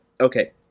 okay